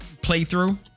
playthrough